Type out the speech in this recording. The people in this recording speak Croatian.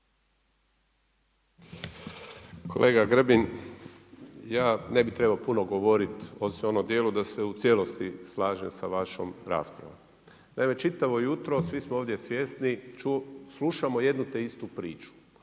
Kolega Grbin, ja ne bi trebao puno govoriti osim ono u dijelu da se u cijelosti slažem sa vašem raspravom. Čitavo jutro svi smo ovdje svjesni, slušamo jednu te istu priču.